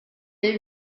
les